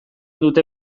dute